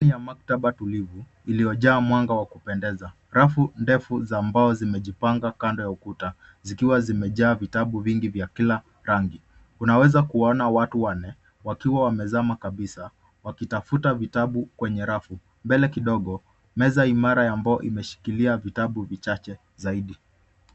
Dani ya maktaba tulivu iliyojaa mwanga wa kupendeza rafu ndefu za mbao zimejipanga kando ya ukuta zikiwa zimejaa vitabu vingi vya kila rangi. Unaweza kuona watu wanne wakiwa wamezama kabisa wakitafuta vitabu kwenye rafu. Mbele kidogo meza imara ya mbao imeshikilia vitabu vichache zaidi.